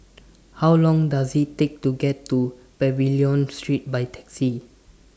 How Long Does IT Take to get to Pavilion Street By Taxi